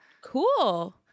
Cool